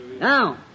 Now